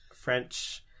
French